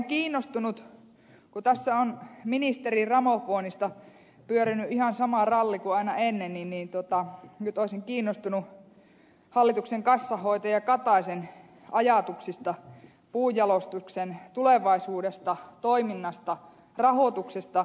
olen kiinnostunut kun tässä on ministerin ramofoonista pyörinyt ihan sama ralli kuin aina ennenkin nyt hallituksen kassanhoitaja kataisen ajatuksista puunjalostuksen tulevaisuudesta toiminnasta rahoituksesta